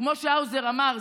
כמו שהאוזר אמר,